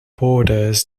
borders